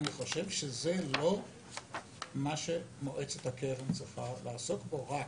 זה לא מה שמועצת הקרן צריכה לעסוק בו, רק